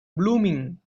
blooming